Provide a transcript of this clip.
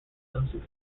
some